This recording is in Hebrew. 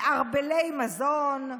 מערבלי מזון,